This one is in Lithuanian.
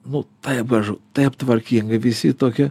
nu taip gražu taip tvarkingai visi tokie